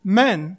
men